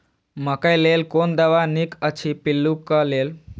मकैय लेल कोन दवा निक अछि पिल्लू क लेल?